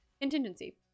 contingency